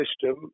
system